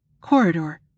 Corridor